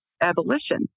abolition